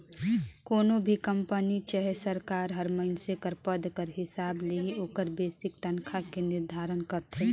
कोनो भी कंपनी चहे सरकार हर मइनसे कर पद कर हिसाब ले ही ओकर बेसिक तनखा के निरधारन करथे